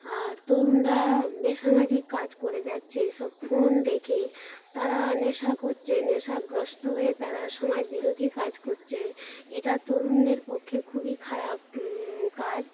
আর তরুণরা বেসামাজিক কাজ করে যাচ্ছে এসব ফোন দেখে তারা নেশা করছে নেশাগ্রস্ত হয়ে তারা সমাজবিরোধী কাজ করছে এটা তরুণদের পক্ষে খুবই খারাপ কাজ